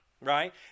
right